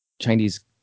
Chinese